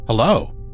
Hello